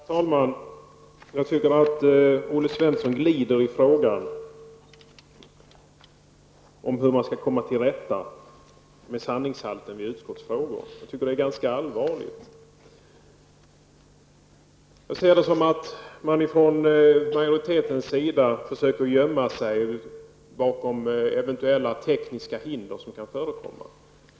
Herr talman! Jag tycker att Olle Svensson glider i frågan om hur man skall komma till rätta med sanningshalten vid utskottsutfrågningar. Det tycker jag är ganska allvarligt. Jag ser det som att man från majoritetens sida försöker gömma sig bakom eventuella tekniska hinder som kan förekomma.